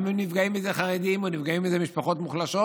גם אם נפגעים מזה חרדים או נפגעות מזה משפחות מוחלשות,